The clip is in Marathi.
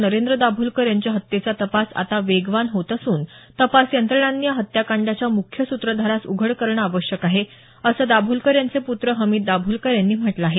नरेंद्र दाभोलकर यांच्या हत्येचा तपास आता वेगवान होत असून तपास यंत्रणांनी या हत्याकांडाच्या मुख्य सूत्रधारास उघड करणं आवश्यक आहे असं दाभोलकर यांचे पूत्र हमीद दाभोलकर यांनी म्हटलं आहे